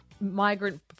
migrant